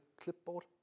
clipboard